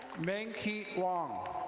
menkee wong.